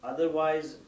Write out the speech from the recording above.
Otherwise